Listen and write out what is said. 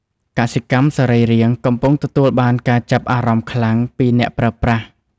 កសិកម្មសរីរាង្គកំពុងទទួលបានការចាប់អារម្មណ៍ខ្លាំងពីអ្នកប្រើប្រាស់។